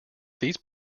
these